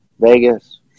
Vegas